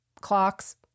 clocks